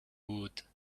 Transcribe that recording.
would